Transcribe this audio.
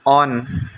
on